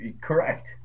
Correct